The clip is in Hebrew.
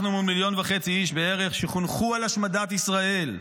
אנחנו מול מיליון וחצי איש בערך שחונכו על השמדת ישראל.